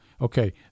okay